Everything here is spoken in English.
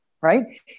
Right